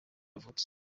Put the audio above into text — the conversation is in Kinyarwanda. yavutse